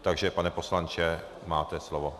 Takže pane poslanče, máte slovo.